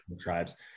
tribes